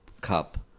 cup